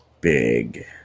big